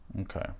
okay